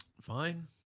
Fine